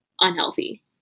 unhealthy